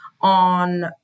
on